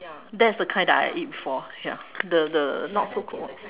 that's the kind that I eat before ya the the not so cooked one